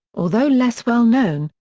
although less well known,